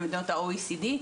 במדינות ה-OECD.